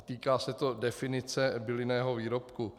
Týká se to definice bylinného výrobku.